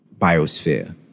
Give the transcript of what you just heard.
biosphere